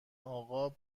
آقا